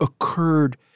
occurred